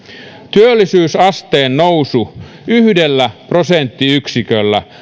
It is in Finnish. työllisyysasteen nousu yhdellä prosenttiyksiköllä